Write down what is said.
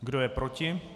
Kdo je proti?